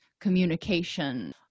communication